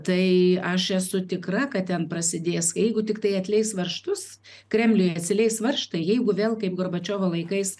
tai aš esu tikra kad ten prasidės jeigu tiktai atleis varžtus kremliui atsileis varžtai jeigu vėl kaip gorbačiovo laikais